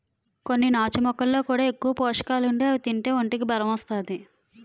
కొన్ని నాచు మొక్కల్లో కూడా ఎక్కువ పోసకాలుండి అవి తింతే ఒంటికి బలం ఒత్తాది